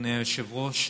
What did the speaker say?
אדוני היושב-ראש,